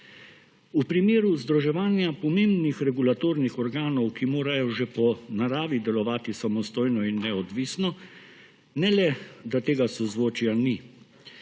V primeru združevanja pomembnih regulatornih organov, ki morajo že po naravi delovati samostojno in neodvisno, ne le, da tega sozvočja ni.